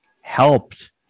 helped